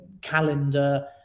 calendar